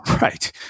Right